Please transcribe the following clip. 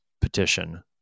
petition